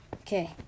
Okay